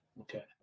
okay